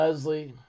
Leslie